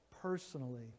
personally